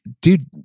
dude